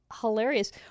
hilarious